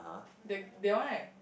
that that one right